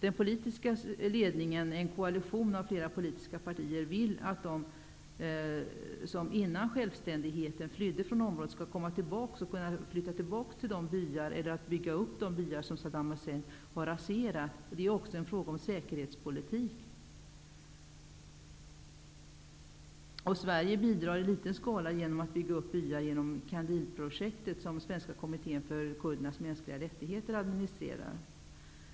Den politiska ledningen -- en koalition av flera politiska partier -- vill att de som före självständig heten flydde från området skall komma tillbaka och bygga upp de byar som Saddam har raserat. Det är också en fråga om säkerhetspolitik. Sve rige bidrar i liten skala genom att bygga upp byar genom Qandilprojektet som Svenska kommittén för kurdernas mänskliga rättigheter administre rar.